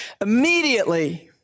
Immediately